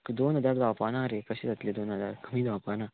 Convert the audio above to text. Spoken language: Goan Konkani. दोन हजार जावपा ना रे कशें जातलें दोन हजार कमी जावपा ना